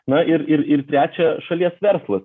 na ir ir ir trečia šalies verslas